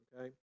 okay